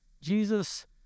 Jesus